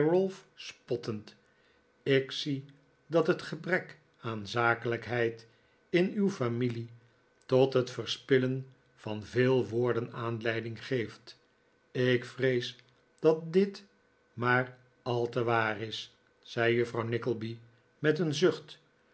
spottend ik zie dat het gebrek aan zakelijkheid in uw familie tot het verspillen van veel woorden aanleiding geeft ik vrees dat dit maar al te waar is zei juffrouw nickleby met een zucht